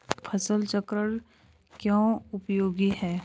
फसल चक्रण क्यों उपयोगी है?